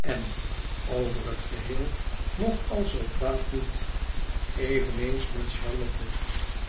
en over het geheel nog al zoo kwaad niet eveneens met charlotte